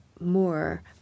more